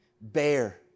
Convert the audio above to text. bear